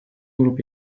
grup